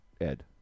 ed